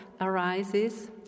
arises